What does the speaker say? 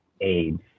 aids